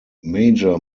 major